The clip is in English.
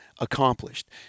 accomplished